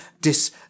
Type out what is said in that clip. dis